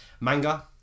Manga